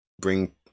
bring